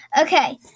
Okay